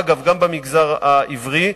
אגב, גם במגזר העברי,